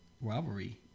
rivalry